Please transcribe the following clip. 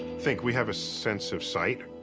think. we have a sense of sight.